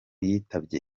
yitabye